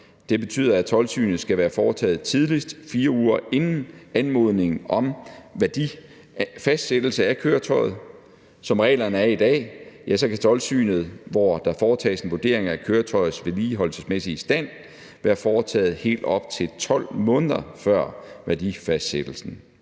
Det betyder, at toldsynet skal være foretaget tidligst 4 uger inden anmodningen om værdifastsættelse af køretøjet. Som reglerne er i dag, kan toldsynet, hvor der foretages en vurdering af køretøjets vedligeholdelsesmæssige stand, være foretaget helt op til 12 måneder før værdifastsættelsen,